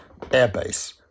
airbase